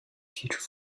future